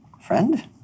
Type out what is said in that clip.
Friend